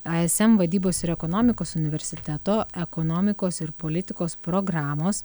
aiesem vadybos ir ekonomikos universiteto ekonomikos ir politikos programos